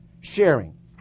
sharing